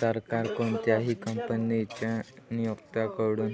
सरकार कोणत्याही कंपनीच्या नियोक्त्याकडून